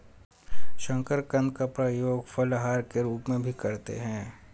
शकरकंद का प्रयोग फलाहार के रूप में भी करते हैं